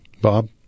Bob